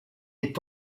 est